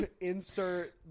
Insert